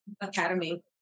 Academy